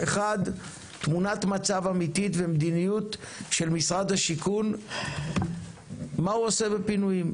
אחד תמונת מצב אמיתית ומדיניות של משרד השיכון מה הוא עושה בפינויים,